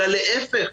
אלא להפך,